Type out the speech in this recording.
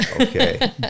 Okay